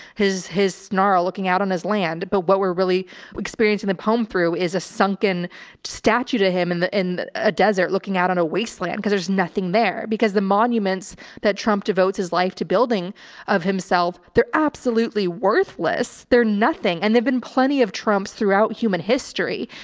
his, his snarl looking out on his land. but what we're really experiencing the poem through is a sunken statue to him in the, in a desert looking out on a wasteland because there's nothing there because the monuments that trump devotes his life to building of himself, they're absolutely worthless. they're nothing. and they've been plenty of trump's throughout human history,